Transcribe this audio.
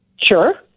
Sure